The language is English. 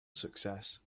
success